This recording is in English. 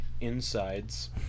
insides